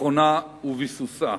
ביטחונה וביסוסה.